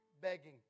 begging